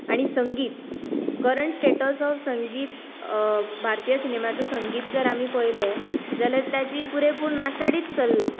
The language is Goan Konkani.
आनी संगीत करंट स्टेटस ऑफ संगीत भारतीय सिनेमाचो संगीत जर आमी पळयलें जाल्यार ताची पुरेपूर नाशाडीच चल्ला